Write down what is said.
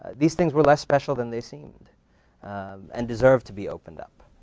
these things were less special than they seemed and deserve to be opened up.